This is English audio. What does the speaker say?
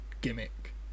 gimmick